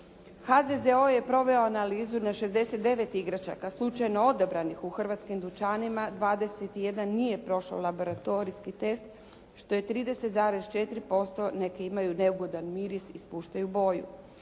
HZZO je proveo analizu na 69 igračaka slučajno odabranih u hrvatskim dućanima, 21 nije prošao laboratorijski test, što je 30,4%, neki imaju neugodan miris, ispuštaju boju.